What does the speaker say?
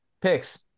picks